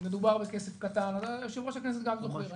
מדובר בכסף קטן, יושב-ראש הכנסת גם זוכר.